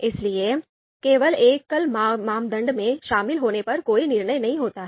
इसलिए केवल एकल मानदंड में शामिल होने पर कोई निर्णय नहीं होता है